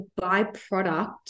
byproduct